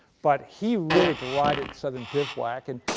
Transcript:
but he really derided southern bivouac. and